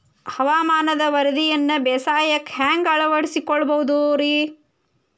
ಹವಾಮಾನದ ವರದಿಯನ್ನ ಬೇಸಾಯಕ್ಕ ಹ್ಯಾಂಗ ಅಳವಡಿಸಿಕೊಳ್ಳಬಹುದು ರೇ?